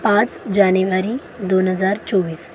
पाच जानेवारी दोन हजार चोवीस